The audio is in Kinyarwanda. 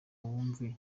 wumve